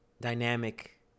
dynamic